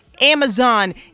Amazon